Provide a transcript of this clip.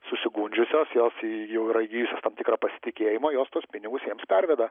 susigundžiosios jos jau yra įgijusios tikrą pasitikėjimą jos tuos pinigus jiems perveda